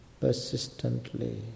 persistently